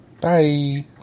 Bye